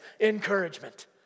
encouragement